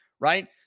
right